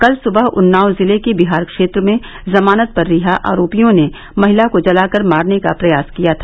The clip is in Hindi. कल सुबह उन्नाव जिले के बिहार क्षेत्र में जमानत पर रिहा आरोपियों ने महिला को जलाकर मारने का प्रयास किया था